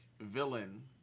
villain